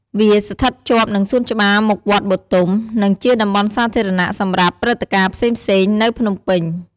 វាស្ថិតជាប់នឹងសួនច្បារមុខវត្តបុទុម និងជាតំបន់សាធារណៈសម្រាប់ព្រឹត្តិការណ៍ផ្សេងៗ នៅភ្នំពេញ។